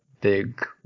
big